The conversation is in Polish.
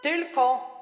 Tylko.